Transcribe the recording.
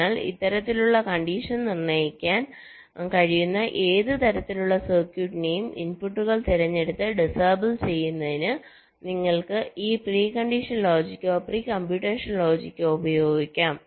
അതിനാൽ ഇത്തരത്തിലുള്ള കണ്ടിഷൻ നിർണ്ണയിക്കാൻ കഴിയുന്ന ഏത് തരത്തിലുള്ള സർക്യൂട്ടിനും ഇൻപുട്ടുകൾ തിരഞ്ഞെടുത്ത് ഡിസേബിൾ ചെയ്യുന്നതിന് നിങ്ങൾക്ക് ഈ പ്രീ കണ്ടീഷൻ ലോജിക്കോ പ്രീ കമ്പ്യൂട്ടേഷൻ ലോജിക്കോ ഉപയോഗിക്കാം